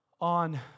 on